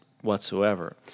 whatsoever